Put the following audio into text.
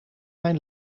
mijn